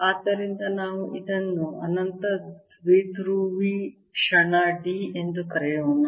ಆದ್ದರಿಂದ ನಾವು ಇದನ್ನು ಅನಂತ ದ್ವಿಧ್ರುವಿ ಕ್ಷಣ d ಎಂದು ಕರೆಯೋಣ